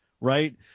right